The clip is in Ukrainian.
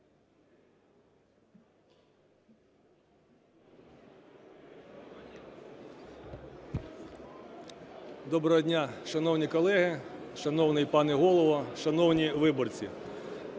Доброго дня, шановні колеги, шановний пане Голово, шановні Українці!